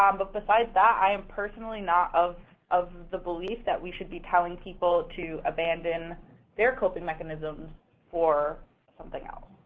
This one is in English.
um besides that, i am personally not of of the belief that we should be telling people to abandon their coping mechanism for something else.